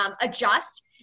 adjust